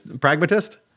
Pragmatist